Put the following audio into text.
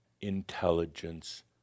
intelligence